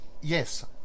yes